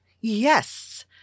Yes